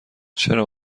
چرا